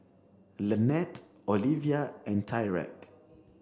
Lanette Oliva and Tyrek